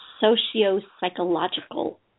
socio-psychological